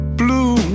blue